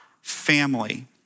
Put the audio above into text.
Family